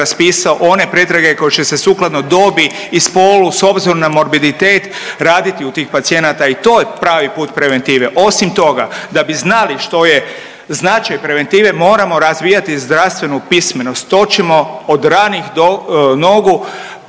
raspisao one pretrage koje će se sukladno dobi i spolu s obzirom na morbiditet raditi u tih pacijenata. I to je pravi put preventive. Osim toga, da bi znali što je značaj preventive moramo razvijati zdravstvenu pismenost. To ćemo od ranih nogu